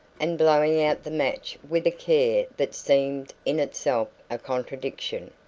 and blowing out the match with a care that seemed in itself a contradiction.